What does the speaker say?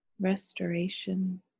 restoration